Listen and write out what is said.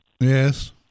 Yes